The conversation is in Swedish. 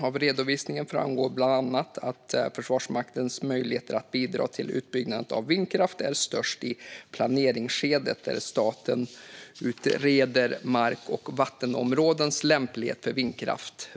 Av redovisningarna framgår bland annat att Försvarsmaktens möjligheter att bidra till utbyggnaden av vindkraft är störst i planeringsskedet, där staten utreder mark och vattenområdens lämplighet för vindkraft.